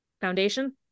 Foundation